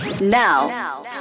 Now